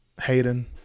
Hayden